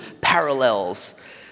parallels